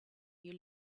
you